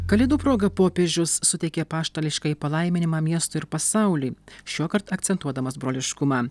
kalėdų proga popiežius suteikė apaštališkąjį palaiminimą miestui ir pasauliui šiuokart akcentuodamas broliškumą